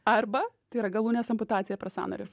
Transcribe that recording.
arba tai yra galūnės amputacija per sąnarį